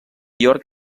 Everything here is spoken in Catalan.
york